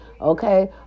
Okay